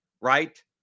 right